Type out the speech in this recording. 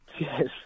Yes